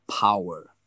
power